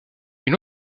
une